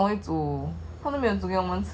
carbonara